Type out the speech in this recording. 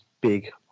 big